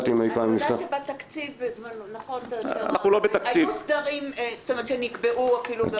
בתקציב בזמנו היו סדרים שנקבעו -- אנחנו לא בתקציב.